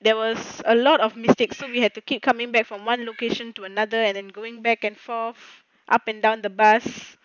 there was a lot of mistakes so we have to keep coming back from one location to another and then going back and forth up and down the bus